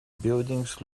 buildings